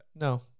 No